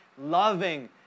loving